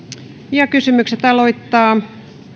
kysymykset aloittaa